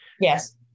Yes